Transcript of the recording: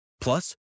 Plus